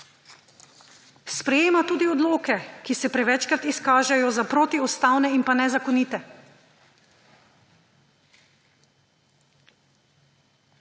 Sprejema tudi odloke, ki se prevečkrat izkažejo za protiustavne in nezakonite.